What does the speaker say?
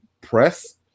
press